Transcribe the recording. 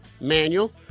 manual